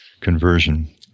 conversion